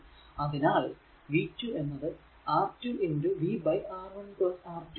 അതിനാൽ v 2 R2 v R1 R2